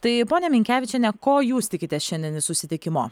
tai ponia minkevičiene ko jūs tikitės šiandien iš susitikimo